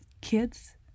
kids